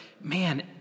man